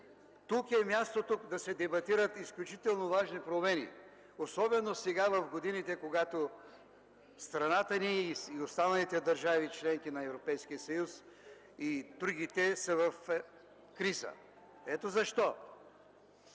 Тук е мястото да се дебатират изключително важни промени, особено сега в годините, когато страната ни и останалите държави – членки на Европейския съюз, са в криза. Ето защо